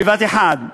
בבת-אחת,